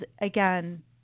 again